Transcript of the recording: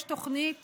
יש תוכנית